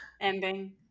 ending